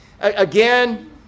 again